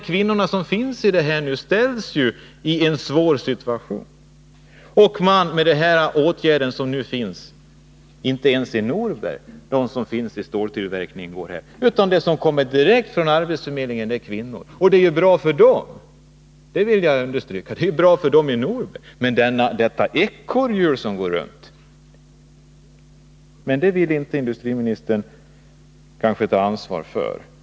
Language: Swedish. Kvinnorna ställs i en svår situation. Inte ens de som arbetar inom ståltillverkningen i Norberg får arbete. De som får arbete är kvinnor som kommer direkt från arbetsförmedlingen. Och det är naturligtvis bra för dem, men följden blir att vi går runt i ett ekorrhjul. Men det vill industriministern inte ta ansvar för.